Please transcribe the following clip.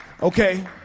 Okay